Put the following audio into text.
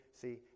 see